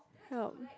help